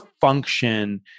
function